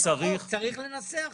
צריך רק לנסח.